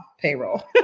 payroll